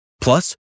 Plus